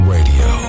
Radio